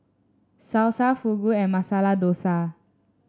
Salsa Fugu and Masala Dosa